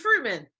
Fruitman